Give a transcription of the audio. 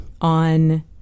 on